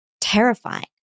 terrifying